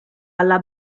alla